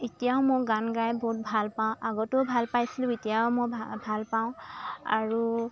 এতিয়াও মই গান গাই বহুত ভাল পাওঁ আগতেও ভাল পাইছিলোঁ এতিয়াও মই ভ ভাল পাওঁ আৰু